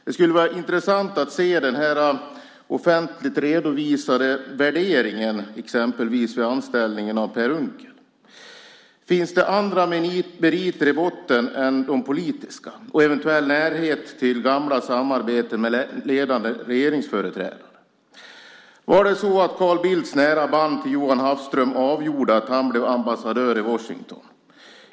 Det skulle vara intressant att se den offentligt redovisade värderingen, exempelvis av anställningen av Per Unckel. Finns det andra meriter i botten än de politiska och eventuell närhet till gamla samarbeten med ledande regeringsföreträdare? Var det så att Carl Bildts nära band till Jonas Hafström avgjorde att han blev ambassadör i Washington?